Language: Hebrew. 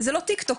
זה לא טיק טוק,